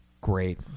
Great